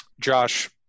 Josh